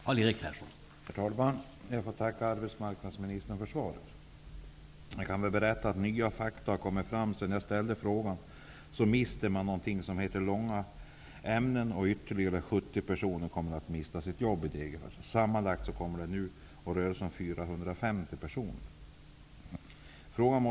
Herr talman! Jag ber att få tacka arbetsmarknadsministern för svaret. Jag kan berätta att nya fakta har kommit fram sedan jag ställde frågan. Man går miste om något som heter långa ämnen, och därför kommer ytterligare 70 personer att förlora sina jobb i Degerfors. Sammanlagt kommer det nu att röra sig om 450 personer.